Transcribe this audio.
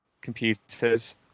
computers